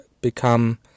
become